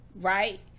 Right